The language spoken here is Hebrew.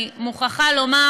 אני מוכרחה לומר